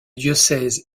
diocèse